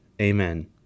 Amen